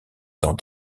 dans